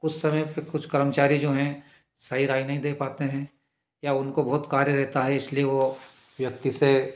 कुछ समय पे कुछ जो हैं सही राय नहीं दे पाते हैं या उनको बहुत कार्य रहता है इसलिए वो व्यक्ति से